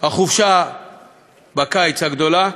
החופשה הגדולה בקיץ,